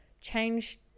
change